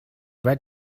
red